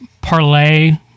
Parlay